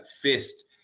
fist